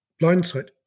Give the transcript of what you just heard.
blindsight